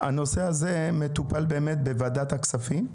לידיעתך, הנושא הזה מטופל בוועדת הכספים.